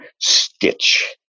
stitch